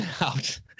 out